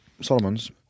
Solomons